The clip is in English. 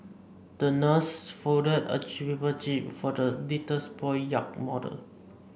the nurse folded a paper jib for the little boy's yacht model